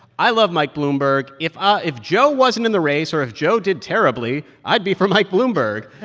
i love mike bloomberg. if ah if joe wasn't in the race or if joe did terribly, i'd be for mike bloomberg.